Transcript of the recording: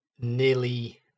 nearly